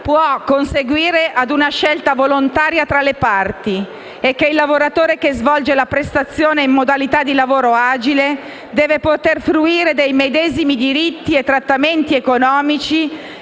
può conseguire a una scelta volontaria tra le parti, e il lavoratore che svolge la prestazione in modalità di lavoro agile deve poter fruire dei medesimi diritti e trattamenti economici